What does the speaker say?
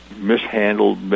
mishandled